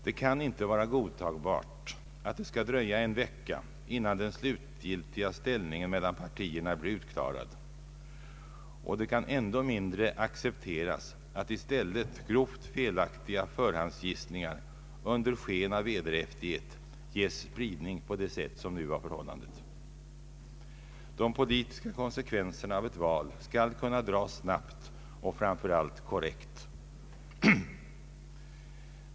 Det kan inte vara godtagbart att det skall dröja en vecka innan den slutgiltiga ställningen mellan partierna blir utklarad, och det kan ännu mindre accepteras att i stället grovt felaktiga förhandsgissningar under sken av vederhäftighet ges spridning på det sätt som nu förekom. De politiska konsekvenserna av ett val skall kunna dras snabbt och framför allt korrekt.